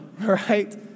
right